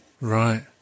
Right